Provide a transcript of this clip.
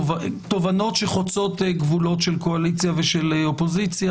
תובנות שחוצות גבולות של קואליציה ושל אופוזיציה.